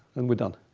and we're done.